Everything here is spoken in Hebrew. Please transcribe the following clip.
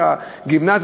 את הגמלה,